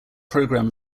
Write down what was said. program